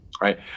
Right